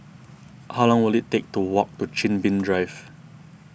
how long will it take to walk to Chin Bee Drive